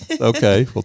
Okay